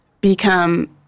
become